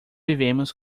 vivemos